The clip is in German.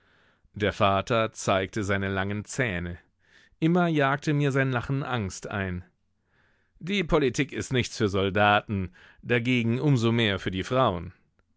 der vater zeigte seine langen zähne immer jagte mir sein lachen angst ein die politik ist nichts für soldaten dagegen um so mehr für die frauen